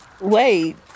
Wait